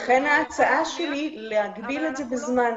לכן ההצעה שלי היא להגביל את זה בזמן.